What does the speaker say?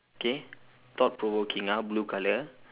okay thought provoking ah blue colour